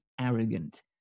arrogant